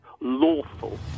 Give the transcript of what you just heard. lawful